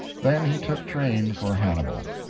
then he took train for hannibal.